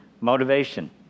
Motivation